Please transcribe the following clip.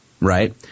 right